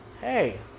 hey